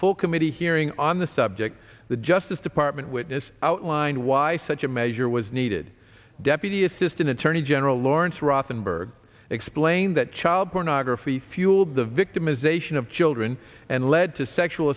full committee hearing on the subject the justice department witness outlined why such a measure was needed deputy assistant attorney general lawrence rothenberg explained that child pornography fueled the victimization of children and led to sexual